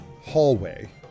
hallway